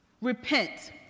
repent